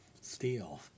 Steel